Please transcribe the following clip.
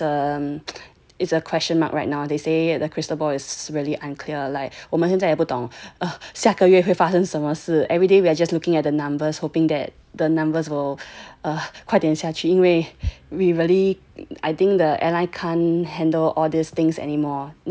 but is um is a question mark right now they say the crystal ball is really unclear like 我们现在也不懂下个月会发生什么事 everyday we are just looking at the numbers hoping that the numbers will err 快点下去因为 we really I think the airline can't handle all these things anymore then right now there is no there is no err 财源 lah know this word is so um nobody dare to say because all the older people you know they are actually fearing for the